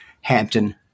Hampton